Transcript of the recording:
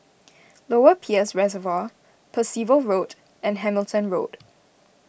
Lower Peirce Reservoir Percival Road and Hamilton Road